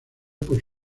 por